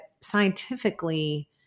scientifically